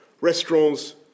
restaurants